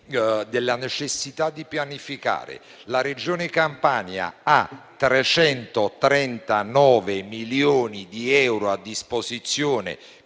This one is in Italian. della necessità di pianificare. La Regione Campania ha 339 milioni di euro a disposizione